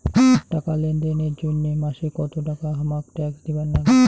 টাকা লেনদেন এর জইন্যে মাসে কত টাকা হামাক ট্যাক্স দিবার নাগে?